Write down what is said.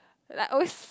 like always